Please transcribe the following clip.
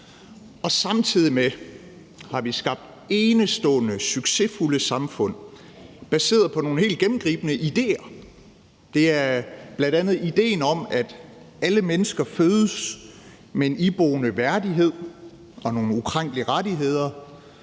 Og samtidig med det har vi skabt enestående succesfulde samfund baseret på nogle helt gennemgribende idéer; det er bl.a. idéen om, at alle mennesker fødes med en iboende værdighed og nogle ukrænkelige rettigheder,